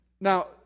Now